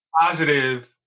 positive